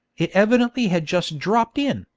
it evidently had just dropped in,